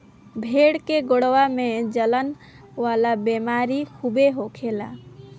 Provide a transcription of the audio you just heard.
भेड़ के गोड़वा में जलन वाला बेमारी खूबे होखेला